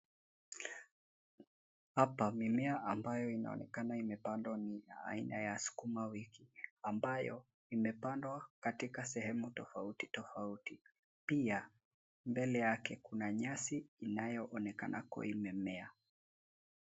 Hapa mimea ambayo inaonekana imepandwa ni ya aina ya sukuma wiki, ambayo imepandwa katika sehemu tofauti tofauti. Pia mbele yake kuna nyasi inayoonekana kua imemea.